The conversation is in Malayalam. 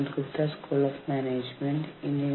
നമ്മൾ സംസാരിച്ചുകൊണ്ടിരുന്നത് സംഘടിത തൊഴിലാളികളെ കുറിച്ചാണ്